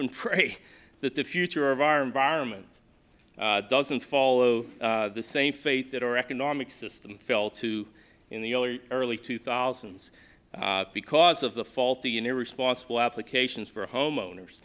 and pray that the future of our environment doesn't follow the same fate that our economic system fell to in the early early to thousands because of the faulty and irresponsible applications for homeowners